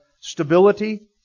stability